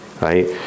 right